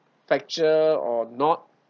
factual or not